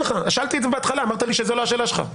שאלתי את זה בהתחלה, אמרת לי שזאת לא השאלה שלך.